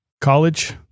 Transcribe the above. college